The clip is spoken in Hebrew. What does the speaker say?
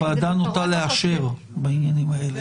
הוועדה נוטה לאשר בעניינים האלה.